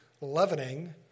leavening